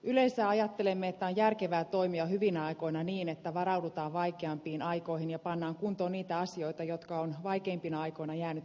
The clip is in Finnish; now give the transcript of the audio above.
yleistä ajattele mitään järkevää toimia hyvinä aikoina niin että varaudutaan vaikeampiin aikoihin ja pannaan kuntoon niitä asioita jotka on vaikeimpina aikoina jäänyt